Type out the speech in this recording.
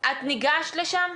פליאה, את ניגשת לשם?